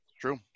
True